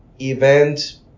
event